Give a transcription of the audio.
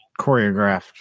choreographed